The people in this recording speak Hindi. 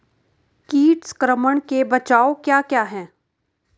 कीट संक्रमण के बचाव क्या क्या हैं?